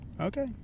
Okay